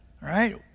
Right